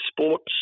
Sports